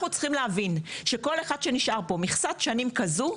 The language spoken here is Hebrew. אנחנו צריכים להבין שכל אחד שנשאר כאן מכסת שנים כזו,